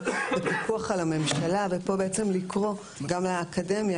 בפיקוח על הממשלה ולקרוא גם לאקדמיה,